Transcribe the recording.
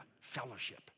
fellowship